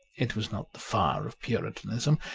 it was not the fire of puritanism,